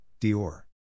Dior